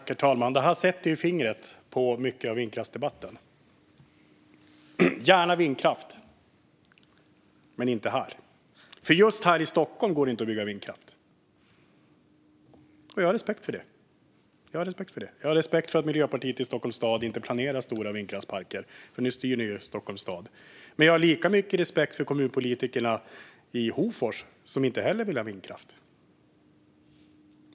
Herr talman! Det här sätter fingret på mycket av vindkraftsdebatten: Gärna vindkraft - men inte här, för just här i Stockholm går det inte att bygga vindkraft. Jag har respekt för det. Jag har respekt för att Miljöpartiet i Stockholms stad inte planerar stora vindkraftsparker, för nu styr ni ju Stockholms stad. Men jag har lika mycket respekt för kommunpolitikerna i Hofors, som inte heller vill ha vindkraft.